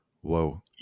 Whoa